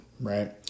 right